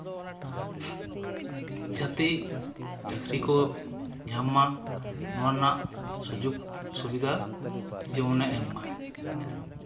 ᱡᱟᱛᱮ ᱪᱟᱠᱨᱤ ᱠᱚ ᱧᱟᱢ ᱢᱟ ᱱᱚᱣᱟ ᱨᱮᱱᱟ ᱥᱩᱡᱳᱜᱽ ᱥᱩᱵᱤᱫᱷᱟ ᱡᱮᱢᱚᱱᱮ ᱮᱢ ᱢᱟ